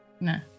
No